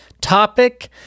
Topic